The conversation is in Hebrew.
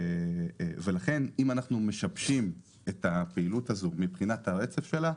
לכן אם נשבש את הפעילות הזאת מבחינת הרצף על העבודה,